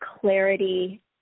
clarity